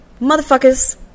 motherfuckers